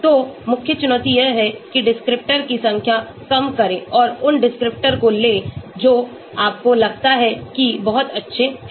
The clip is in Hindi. तो मुख्य चुनौती यह है कि डिस्क्रिप्टर की संख्या कम करें और उन डिस्क्रिप्टर को लें जो आपको लगता है कि बहुत अच्छे हैं